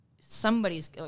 somebody's